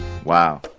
Wow